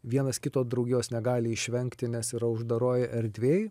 vienas kito draugijos negali išvengti nes yra uždaroj erdvėj